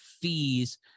fees